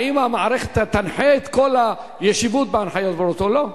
האם המערכת תנחה את כל הישיבות בהנחיות ברורות או לא?